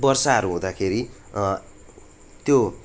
वर्षाहरू हुँदाखेरि त्यो